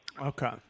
Okay